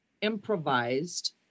improvised